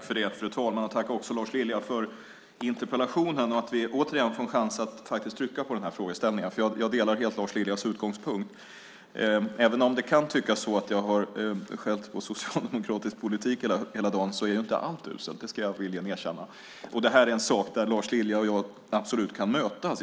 Fru talman! Tack, Lars Lilja, för interpellationen och för att vi återigen får en chans att trycka på den här frågeställningen, för jag delar helt Lars Liljas utgångspunkt. Även om det kan tyckas att jag har skällt på socialdemokratisk politik så är ju inte allt uselt. Det ska jag villigt erkänna, och det här är en sak där Lars Lilja och jag absolut kan mötas.